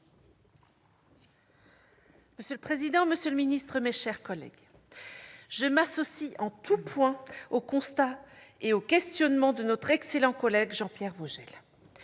Monsieur le président, monsieur le secrétaire d'État, mes chers collègues, je m'associe en tout point au constat et aux questionnements de notre excellent collègue Jean Pierre Vogel.